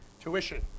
Tuition